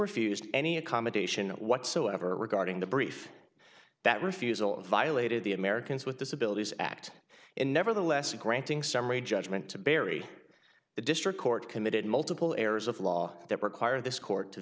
refused any accommodation whatsoever regarding the brief that refusal violated the americans with disabilities act and nevertheless granting summary judgment to bury the district court committed multiple errors of law that require this court to